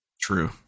True